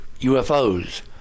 UFOs